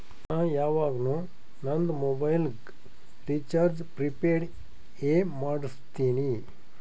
ನಾ ಯವಾಗ್ನು ನಂದ್ ಮೊಬೈಲಗ್ ರೀಚಾರ್ಜ್ ಪ್ರಿಪೇಯ್ಡ್ ಎ ಮಾಡುಸ್ತಿನಿ